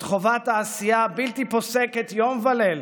את חובת העשייה הבלתי-פוסקת, יום וליל,